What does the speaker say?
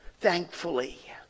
thankfully